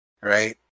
right